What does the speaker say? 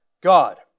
God